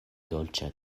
dolĉa